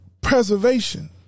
preservation